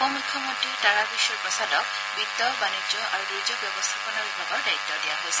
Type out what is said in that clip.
উপ মুখ্যমন্ত্ৰী তাৰকিশোৰ প্ৰসাদক বিত্ত বাণিজ্য আৰু দুৰ্যেগ ব্যৱস্থাপনা বিভাগৰ দায়িত্ব দিযা হৈছে